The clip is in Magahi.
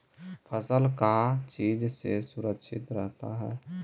फसल का चीज से सुरक्षित रहता है?